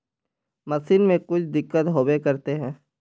Machine में कुछ दिक्कत होबे करते है?